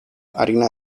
harina